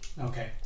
Okay